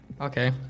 Okay